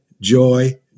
joy